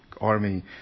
army